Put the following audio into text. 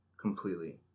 completely